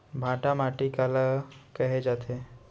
भांटा माटी काला कहे जाथे?